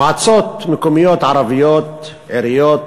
מועצות מקומיות ערביות, עיריות,